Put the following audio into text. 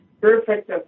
perfect